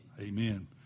Amen